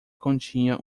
continha